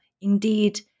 indeed